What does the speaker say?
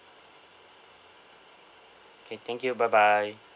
okay thank you bye bye